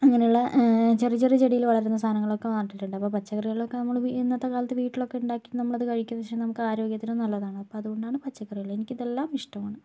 അങ്ങനെയുള്ള ചെറിയ ചെറിയ ചെടിയില് വളരുന്ന സാധനങ്ങളൊക്കെ നട്ടിട്ടുണ്ട് അപ്പോൾ പച്ചക്കറികളൊക്കെ നമ്മള് ഇന്നത്തെ കാലത്ത് വീട്ടിലൊക്കെ ഉണ്ടാക്കി നമ്മൾ അത് കഴിക്കുന്ന പക്ഷം നമുക്ക് ആരോഗ്യത്തിനും നല്ലതാണ് അപ്പൊ അതുകൊണ്ടാണ് പച്ചക്കറികൾ എനിക്ക് ഇതെല്ലാം ഇഷ്ടമാണ്